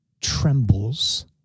trembles